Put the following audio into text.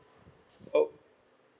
okay